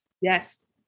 Yes